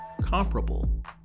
comparable